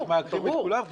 איך מעקרים את כולם.